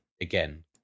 again